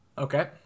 Okay